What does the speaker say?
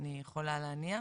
אני יכולה להניח